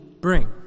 bring